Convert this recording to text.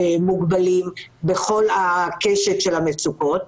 מוגבלים בכל קשת המצוקות,